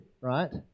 right